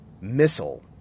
missile